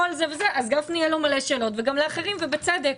לגפני יהיו המון שאלות וגם לאחרים, ובצדק.